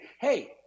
Hey